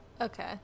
Okay